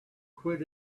quit